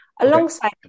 Alongside